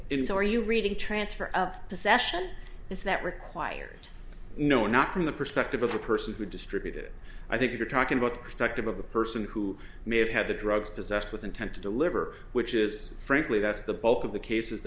are you reading transfer of possession is that required no not from the perspective of the person who distributed it i think you're talking about the protective of the person who may have had the drugs possessed with intent to deliver which is frankly that's the bulk of the cases